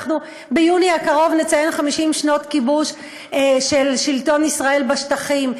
אנחנו ביוני הקרוב נציין 50 שנות כיבוש של שלטון ישראל בשטחים.